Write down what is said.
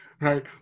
right